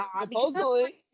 Supposedly